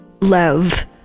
love